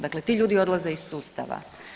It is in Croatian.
Dakle, ti ljudi odlaze iz sustava.